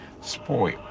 spoil